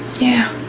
yeah.